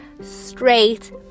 Straight